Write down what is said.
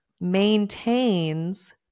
maintains